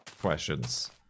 questions